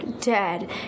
dad